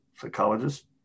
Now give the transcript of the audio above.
psychologist